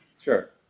Sure